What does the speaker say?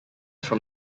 from